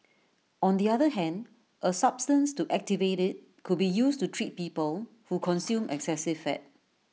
on the other hand A substance to activate IT could be used to treat people who consume excessive fat